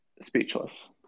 speechless